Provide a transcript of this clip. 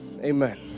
Amen